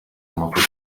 amakosa